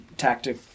Tactic